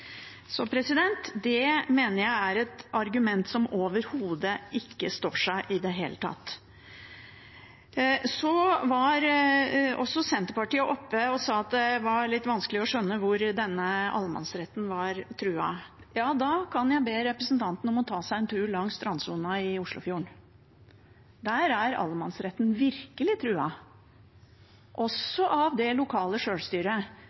det mener jeg er et argument som ikke står seg i det hele tatt. En representant fra Senterpartiet var oppe og sa at det var litt vanskelig å skjønne hvor denne allemannsretten var truet. Ja, da kan jeg be representanten om å ta seg en tur langs strandsona i Oslofjorden. Der er allemannsretten virkelig truet, også av det lokale sjølstyret